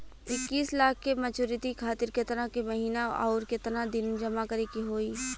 इक्कीस लाख के मचुरिती खातिर केतना के महीना आउरकेतना दिन जमा करे के होई?